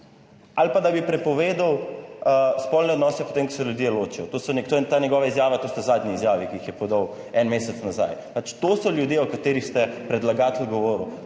ali pa da bi prepovedal spolne odnose, potem ko se ljudje ločijo. To je ta njegova izjava, to sta zadnji izjavi, ki jih je podal en mesec nazaj. To so ljudje o katerih ste predlagatelj govoril.